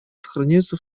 сохраняются